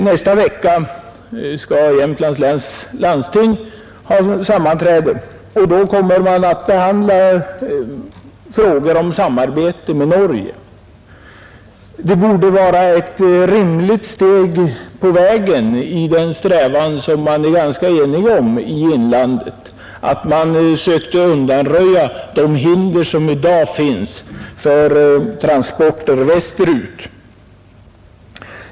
Nästa vecka skall Jämtlands läns landsting ha sammanträde, och då kommer man att behandla frågor om samarbete med Norge. Det borde vara ett rimligt steg på vägen i den strävan, som man är ganska enig om i inlandet, att undanröja de hinder som i dag finns för transporter västerut.